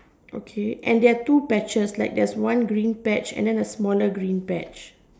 okay and there are two patches like there's one green patch and then a smaller green patch